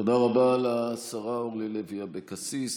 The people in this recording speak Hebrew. תודה רבה לשרה אורלי לוי אבקסיס.